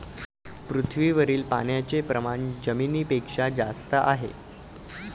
पृथ्वीवरील पाण्याचे प्रमाण जमिनीपेक्षा जास्त आहे